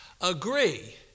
Agree